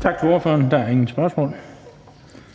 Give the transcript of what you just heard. Kl. 14:59 Den fg.